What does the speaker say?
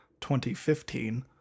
2015